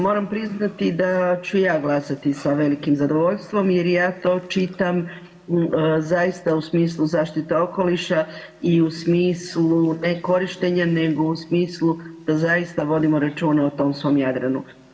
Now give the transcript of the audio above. Moram priznati da ću ja glasati sa velikim zadovoljstvom jer ja to čitam zaista u smislu zaštite okoliša i u smislu ne korištenja nego u smislu da zaista vodimo računa o tom svom Jadranu.